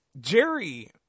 Jerry